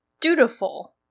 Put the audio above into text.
dutiful